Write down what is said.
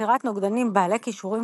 יצירת נוגדנים בעלי קישורים